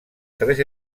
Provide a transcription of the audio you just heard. tres